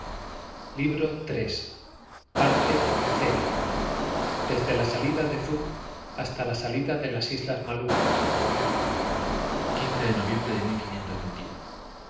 libro iii desde la partida de zubu hasta la salida de las islas malucco isla de